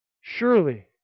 Surely